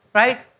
right